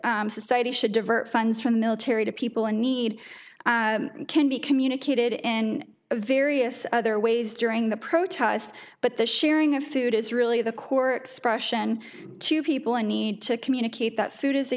that society should divert funds from military to people in need can be communicated in various other ways during the protests but the sharing of food is really the core expression to people in need to communicate that food is a